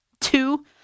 Two